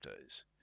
days